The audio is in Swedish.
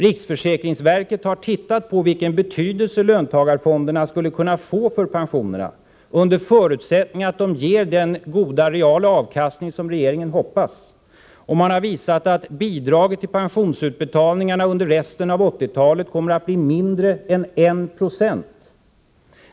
Riksförsäkringsverket har studerat vilken betydelse löntagarfonderna skulle kunna få för pensionerna under förutsättning att de gav den goda reala avkastning som regeringen hoppades på. Man har visat att bidraget till pensionsutbetalningarna under återstoden av 1980-talet blir mindre än 196.